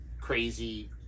crazy